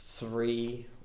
three